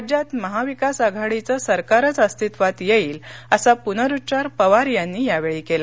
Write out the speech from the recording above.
राज्यात महाविकास आघाडीचं सरकारच अस्तित्वात येईल असा पुनरुच्चार पवार यांनी यावेळी केला